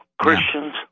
Christians